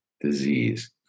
disease